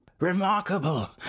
Remarkable